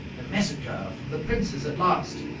a messenger from the princess at last!